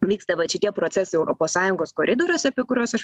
vyksta vat šitie procesai europos sąjungos koridoriuose apie kuriuos aš